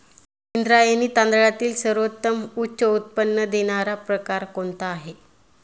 इंद्रायणी तांदळातील सर्वोत्तम उच्च उत्पन्न देणारा प्रकार कोणता आहे?